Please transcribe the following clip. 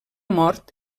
mort